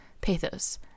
pathos